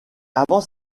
avant